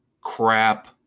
crap